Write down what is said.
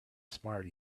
smart